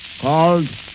called